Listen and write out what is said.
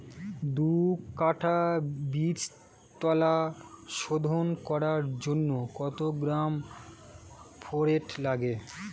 দু কাটা বীজতলা শোধন করার জন্য কত গ্রাম ফোরেট লাগে?